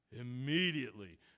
immediately